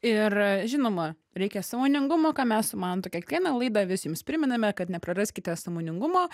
ir žinoma reikia sąmoningumo ką mes su mantu kiekvieną laidą vis jums primename kad nepraraskite sąmoningumo